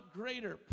greater